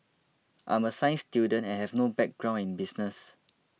I'm a science student and have no background in business